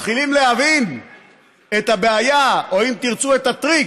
מתחילים להבין את הבעיה, או אם תרצו, את הטריק,